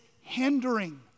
hindering